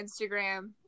Instagram